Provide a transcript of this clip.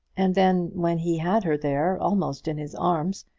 and then, when he had her there, almost in his arms,